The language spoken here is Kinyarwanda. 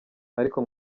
ariko